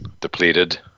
depleted